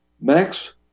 Max